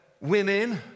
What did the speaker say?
Women